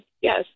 yes